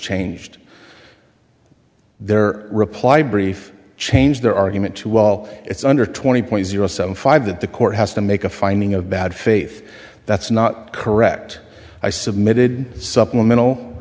changed their reply brief changed their argument to all it's under twenty point zero five that the court has to make a finding of bad faith that's not correct i submitted supplemental